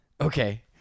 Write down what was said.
Okay